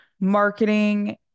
marketing